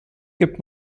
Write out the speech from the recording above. gibt